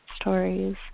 stories